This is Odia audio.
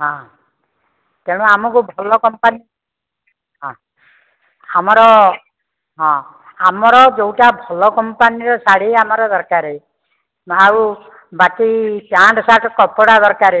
ହଁ ତେଣୁ ଆମକୁ ଭଲ କମ୍ପାନୀ ହଁ ଆମର ହଁ ଆମର ଯେଉଁଟା ଭଲ କମ୍ପାନୀର ଶାଢ଼ୀ ଆମର ଦରକାର ଆଉ ବାକି ପ୍ୟାଣ୍ଟ୍ ସାର୍ଟ କପଡ଼ା ଦରକାର